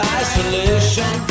isolation